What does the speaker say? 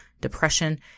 depression